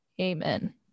Amen